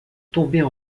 tomber